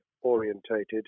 orientated